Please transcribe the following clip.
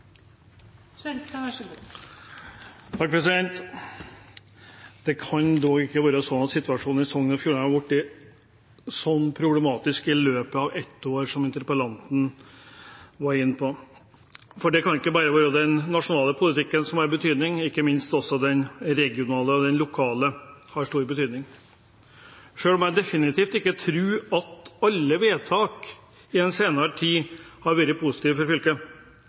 Det kan da ikke være sånn at situasjonen i Sogn og Fjordane har blitt så problematisk i løpet av et år som interpellanten var inne på. Det kan ikke bare være den nasjonale politikken som har betydning. Ikke minst har også den regionale og lokale politikken stor betydning. Selv om jeg definitivt ikke tror at alle vedtak i den senere tid har vært positive for fylket